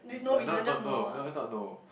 like not not no not not no